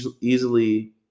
easily